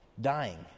dying